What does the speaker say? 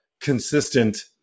consistent